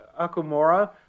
Akumura